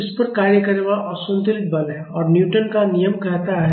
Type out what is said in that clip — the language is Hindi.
तो यह उस पर कार्य करने वाला असंतुलित बल है और न्यूटन का नियम क्या कहता है